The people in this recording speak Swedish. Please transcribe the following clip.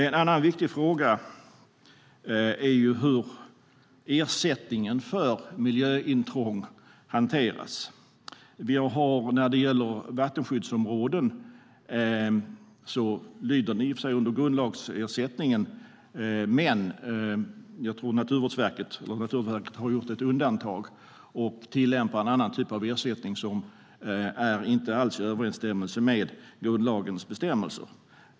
En annan viktig fråga är hur ersättningen för miljöintrång hanteras. När det gäller vattenskyddsområden ligger den i och för sig under grundlagsersättningen, men jag tror att Naturvårdsverket har gjort ett undantag och tillämpar en annan typ av ersättning som inte alls är i överensstämmelse med grundlagens bestämmelser.